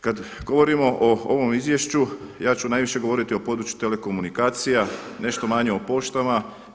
Kad govorimo o ovom izvješću ja ću najviše govoriti o području telekomunikacija, nešto manje o poštama.